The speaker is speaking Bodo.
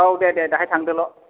औ दे दे दाहाय थांदो ल'